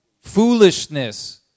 Foolishness